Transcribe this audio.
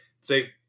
say